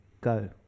Go